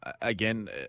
again